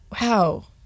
Wow